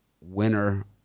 winner